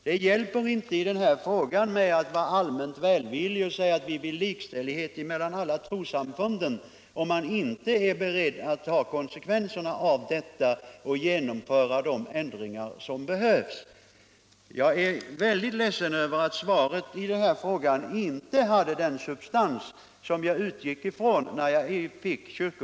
Det hjälper inte att i denna fråga vara allmänt välvillig och säga att vi vill ha likställighet mellan alla trossamfund, om vi inte är beredda att ta konsekvenserna härav och genomföra de ändringar som behövs. Jag är mycket ledsen över att kyrkoministerns svar i denna fråga inte hade den substans som jag utgick från när det framfördes.